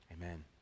Amen